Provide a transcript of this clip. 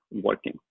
working